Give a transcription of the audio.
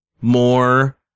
more